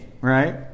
right